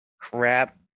crap